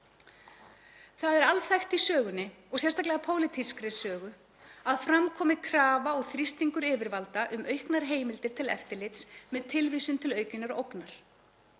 Það er alþekkt í sögunni, og sérstaklega pólitískri sögu, að fram komi krafa og þrýstingur yfirvalda um auknar heimildir til eftirlits með tilvísun til aukinnar ógnar.